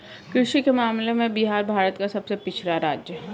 कृषि के मामले में बिहार भारत का सबसे पिछड़ा राज्य है